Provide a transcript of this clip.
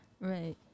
Right